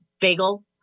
bagel